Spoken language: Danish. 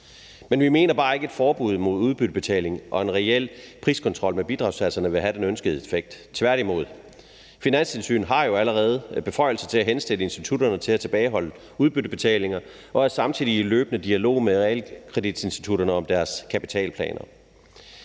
Men vi mener bare ikke, at et forbud mod udbyttebetaling og en reel priskontrol med bidragssatserne vil have den ønskede effekt, tværtimod. Finanstilsynet har jo allerede beføjelse til at henstille institutterne om at tilbageholde udbyttebetalinger og er samtidig i løbende dialog med realkreditinstitutterne om deres kapitalplaner.